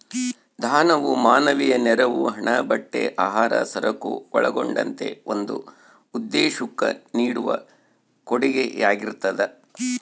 ದಾನವು ಮಾನವೀಯ ನೆರವು ಹಣ ಬಟ್ಟೆ ಆಹಾರ ಸರಕು ಒಳಗೊಂಡಂತೆ ಒಂದು ಉದ್ದೇಶುಕ್ಕ ನೀಡುವ ಕೊಡುಗೆಯಾಗಿರ್ತದ